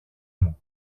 μου